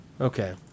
Okay